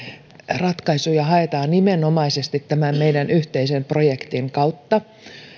ratkaisuja haetaan nimenomaisesti tämän meidän yhteisen projektimme kautta